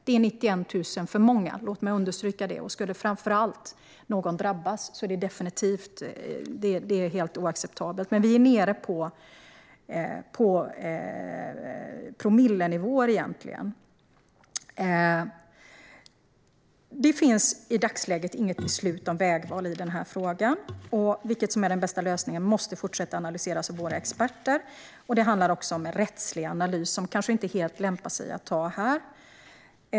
Det är 91 000 för många - låt mig understryka det. Skulle någon drabbas är det definitivt helt oacceptabelt, men vi är nere på promillenivåer egentligen. Det finns i dagsläget inget beslut om vägval i den här frågan. Vilken som är den bästa lösningen måste fortsätta analyseras av våra experter. Det handlar också om en rättslig analys som det kanske inte helt lämpar sig att ta en diskussion om här.